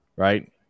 Right